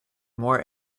more